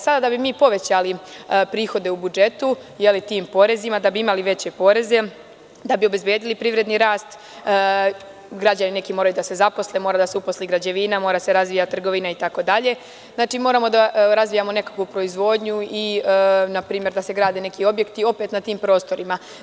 Sada, da bi mi povećali prihode u budžetu tim porezima, da bi imali veće poreze, da obezbedili privredni rast, neki građani moraju da se zaposle, mora da se uposli građevina, mora da se razvija trgovina itd, znači da moramo da razvijamo nekakvu proizvodnju i npr. da se grade neki objekti, opet na tim prostorima.